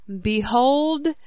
behold